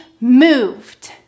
moved